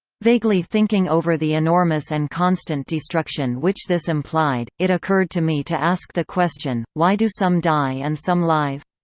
vaguely thinking over the enormous and constant destruction which this implied, it occurred to me to ask the question, why do some die and some live?